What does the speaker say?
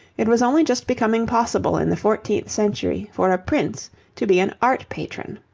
it was only just becoming possible in the fourteenth century for a prince to be an art-patron.